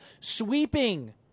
sweeping